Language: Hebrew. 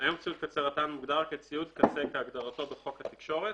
מוגדר כציוד קצה כהגדרתו בחוק התקשורת,